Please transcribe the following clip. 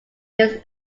his